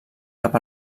cap